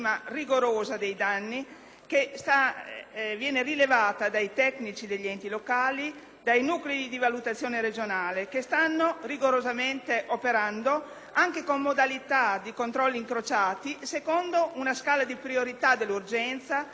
che viene rilevata dai tecnici degli enti locali, dai nuclei di valutazione regionale che stanno rigorosamente operando anche con modalità di controlli incrociati, secondo una scala di priorità dell'urgenza, del rischio degli interventi.